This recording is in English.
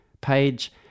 page